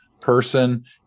person